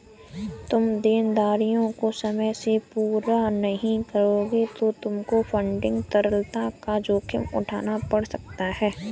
तुम देनदारियों को समय से पूरा नहीं करोगे तो तुमको फंडिंग तरलता का जोखिम उठाना पड़ सकता है